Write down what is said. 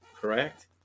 correct